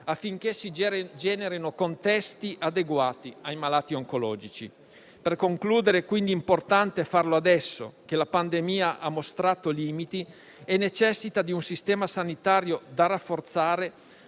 affinché si generino contesti adeguati ai malati oncologici. Per concludere, è importante farlo adesso: la pandemia ha mostrato limiti e necessita di un Sistema sanitario da rafforzare